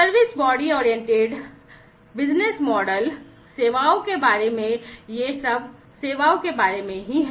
service body oriented business model सेवाओं के बारे में है